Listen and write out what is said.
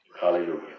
Hallelujah